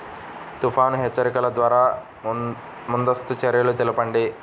తుఫాను హెచ్చరికల ద్వార ముందస్తు చర్యలు తెలపండి?